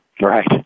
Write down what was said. Right